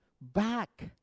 back